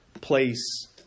place